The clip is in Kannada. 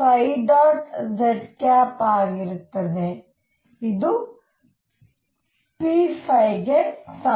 mr2sinθz ಆಗಿರುತ್ತದೆ ಇದು pಗೆ ಸಮ